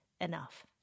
enough